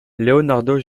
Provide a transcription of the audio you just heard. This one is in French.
leonardo